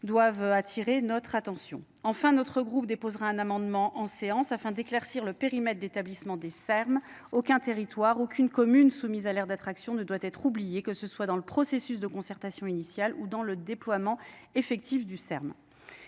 doivent attirer notre groupe déposera un amendement en séance afin d'éclaircir le du périmètre d'établissement des fermes, aucun territoire, aucune commune soumise à Aertec ne doit être oubliée que ce soit dans le processus de concertation initiale ou dans le déploiement effectif du de